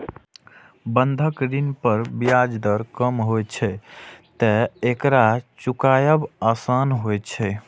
बंधक ऋण पर ब्याज दर कम होइ छैं, तें एकरा चुकायब आसान होइ छै